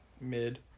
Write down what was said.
mid